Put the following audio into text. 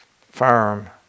Firm